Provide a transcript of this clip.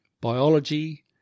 biology